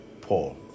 Paul